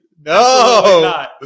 No